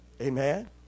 Amen